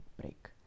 Break